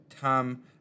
Tom